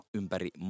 ympäri